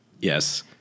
Yes